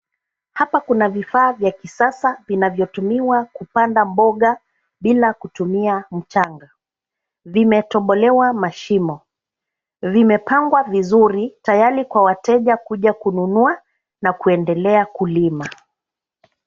Hapa kuna vifaa vya kisasa vinavyotumiwa kupanda mboga bila kutumia mchanga. Vimetobolewa mashimo. Vimepangwa vizuri tayari kwa wateja kuja kununua na kuendelea kulima.